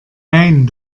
nein